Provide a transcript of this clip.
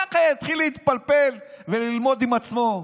ככה הוא יתחיל להתפלפל וללמוד עם עצמו.